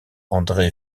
andré